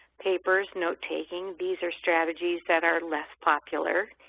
papers, note taking, these are strategies that are less popular,